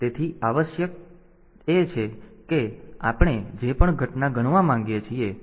તેથી આવશ્યક આવશ્યકતા એ છે કે આપણે જે પણ ઘટના ગણવા માંગીએ છીએ